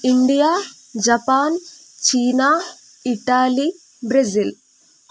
India Japan China Italy Brazil